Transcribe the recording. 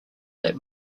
that